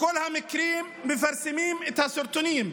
בכל המקרים מפרסמים את הסרטונים,